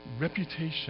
reputation